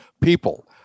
people